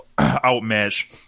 outmatch